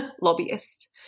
lobbyists